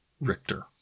Richter